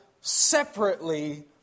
separately